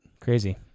Crazy